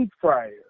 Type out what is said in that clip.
fryer